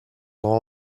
law